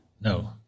No